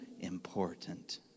important